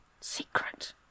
secret